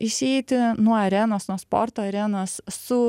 išeiti nuo arenos nuo sporto arenos su